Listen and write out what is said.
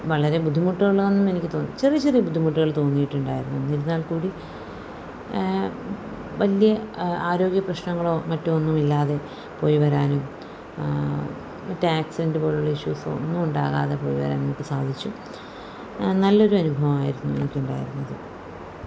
വളരെ ബുദ്ധിമുട്ടുകളൊന്നും എനിക്ക് തോന്നി ചെറിയ ചെറിയ ബുദ്ധിമുട്ടുകൾ തോന്നിയിട്ടുണ്ടായിരുന്നു എന്നിരുന്നാൽക്കൂടി വലിയ ആരോഗ്യപ്രശ്നങ്ങളോ മറ്റൊന്നും ഇല്ലാതെ പോയിവരാനും മറ്റ് ആക്സിഡൻ്റ് പോലുള്ള ഇഷ്യൂസോ ഒന്നും ഉണ്ടാകാതെ പോയിവരാനും സാധിച്ചു നല്ലൊരു അനുഭവമായിരുന്നു എനക്കുണ്ടായിരുന്നത്